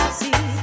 see